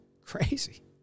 crazy